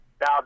Now